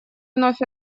вновь